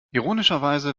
ironischerweise